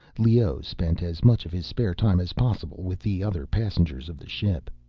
leoh spent as much of his spare time as possible with the other passengers of the ship.